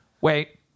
wait